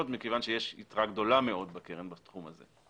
מכיוון שיש יתרה גדולה מאוד בקרן בתחום הזה.